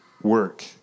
Work